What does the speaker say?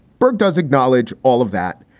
berg does acknowledge all of that.